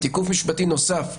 תיקוף משפטי נוסף,